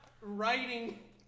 writing